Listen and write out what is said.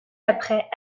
après